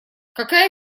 какая